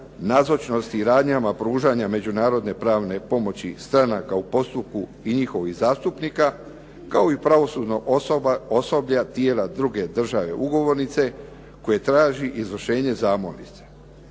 nazočnosti i radnjama pružanja međunarodne pravne pomoći stranaka u postupku i njihovih zastupnika kao i pravosudnog osoblja tijela druge države ugovornice koje traži izvršenje zamolnice.